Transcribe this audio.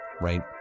right